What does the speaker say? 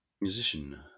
musician